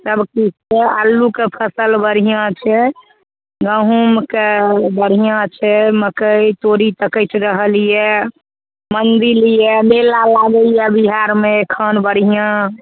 सबकिछुके अल्लूके फसिल बढ़िआँ छै गहूमके बढ़िआँ छै मकइ तोरी तऽ कटि रहल अइ मन्दिर अइ मेला लागैए बिहारमे एखन बढ़िआँ